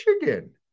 Michigan